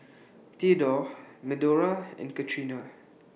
Thedore Medora and Catrina